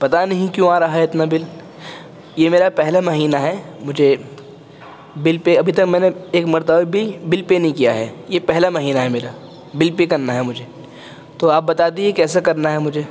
پتہ نہیں کیوں آ رہا ہے اتنا بل یہ میرا پہلا مہینہ ہے مجھے بل پے ابھی تک میں نے ایک مرتبہ بھی بل پے نہیں کیا ہے یہ پہلا مہینہ ہے میرا بل پے کرنا ہے مجھے تو آپ بتا دیجیے کیسے کرنا ہے مجھے